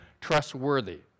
trustworthy